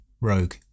rogue